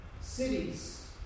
cities